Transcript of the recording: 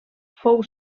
fou